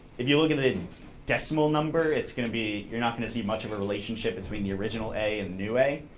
if you look at the decimal number, it's going to be you're not going to see much of a relationship between the original a and the new a,